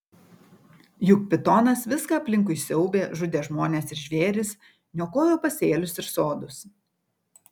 juk pitonas viską aplinkui siaubė žudė žmones ir žvėris niokojo pasėlius ir sodus